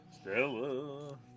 Stella